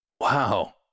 Wow